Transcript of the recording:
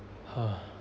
!huh!